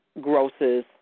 grosses